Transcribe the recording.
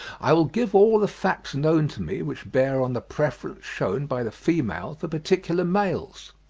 i will give all the facts known to me which bear on the preference shewn by the female for particular males.